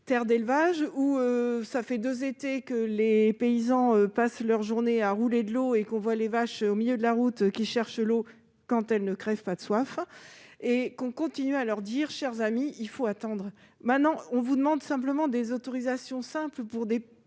terre d'élevage. Cela fait deux étés que les paysans passent leurs journées à rouler de l'eau et qu'on voit les vaches, au milieu de la route, chercher l'eau, quand elles ne crèvent pas de soif ; et on continue à leur dire :« Chers amis, il faut attendre !» Nous vous demandons simplement des autorisations simples pour de